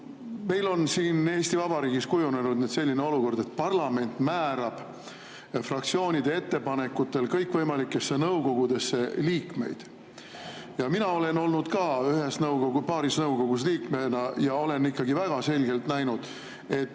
Meil on siin Eesti Vabariigis kujunenud selline olukord, et parlament määrab fraktsioonide ettepanekutel kõikvõimalikesse nõukogudesse liikmeid. Ja mina olen olnud ka paaris nõukogus liikmena ja olen väga selgelt näinud, et